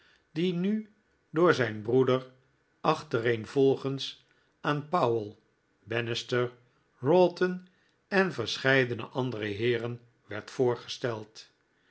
die nu door zijn breeder achtereenvolgens aan powell bannister wroughton en verscheidene andere heeren werd voorgesteld